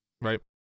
right